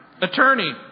Attorney